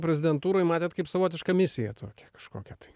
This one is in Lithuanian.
prezidentūroj matėt kaip savotišką misiją tokią kažkokią tai